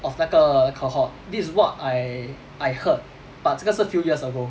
of 那个 cohort this is what I I heard but 这个是 few years ago